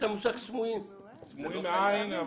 סמויים מהעין.